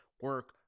Work